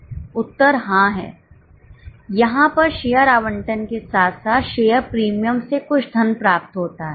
उत्तर हां है यहां पर शेयर आवंटन के साथ साथ शेयर प्रीमियम से कुछ धन प्राप्त होता है